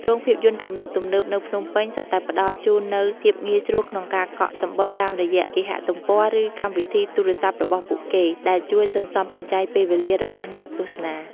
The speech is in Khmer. រោងភាពយន្តទំនើបៗនៅភ្នំពេញសុទ្ធតែផ្តល់ជូននូវភាពងាយស្រួលក្នុងការកក់សំបុត្រតាមរយៈគេហទំព័រ ឬកម្មវិធីទូរស័ព្ទរបស់ពួកគេ ដែលជួយសន្សំសំចៃពេលវេលារបស់អ្នកទស្សនា។